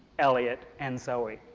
elliot and zoe.